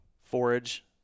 forage